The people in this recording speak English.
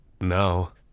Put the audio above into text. Now